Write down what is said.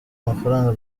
amafaranga